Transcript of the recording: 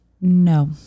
No